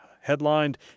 headlined